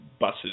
buses